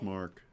Mark